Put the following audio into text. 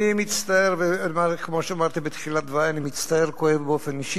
אבל זה כואב לכם,